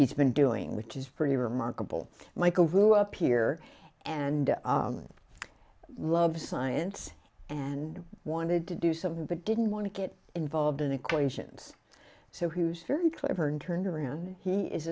he's been doing which is pretty remarkable michel roux up here and i love science and i wanted to do something but didn't want to get involved in equations so who's very clever and turned around he is